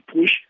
push